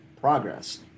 progress